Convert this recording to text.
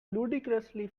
ludicrously